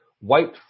white